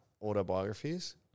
Autobiographies